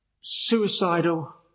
suicidal